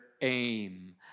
aim